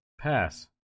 Pass